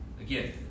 Again